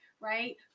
right